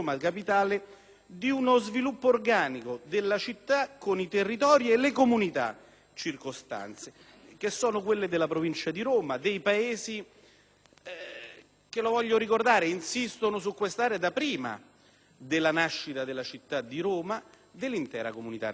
di uno sviluppo organico della città con i territori e le comunità circostanti, quali quelle della Provincia di Roma, dei paesi che - voglio ricordarlo - insistono su quest'area da prima della nascita della città di Roma, dell'intera comunità regionale.